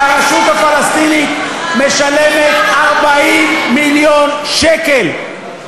שהרשות הפלסטינית משלמת 40 מיליון שקל,